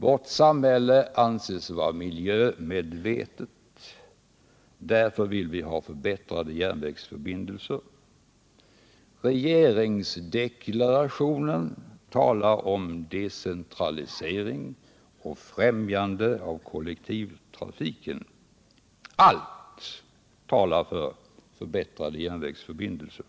Vårt samhälle anses vara miljömedvetet. Därför vill vi ha förbättrade järnvägsförbindelser. Regeringsdeklarationen talar om decentralisering och främjande av kollektivtrafiken. Allt talar således för förbättrade järnvägsförbindelser.